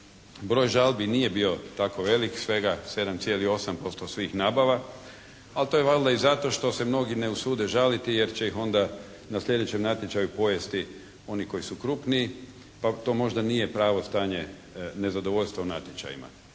Broj žalbi nije bio ako velik, svega 7,8% svih nabava. Ali to je valjda i zato što se mnogi ne usude žaliti jer će ih onda na sljedećem natječaju pojesti oni koji su krupniji. Pa to možda nije pravo stanje nezadovoljstva u natječajima.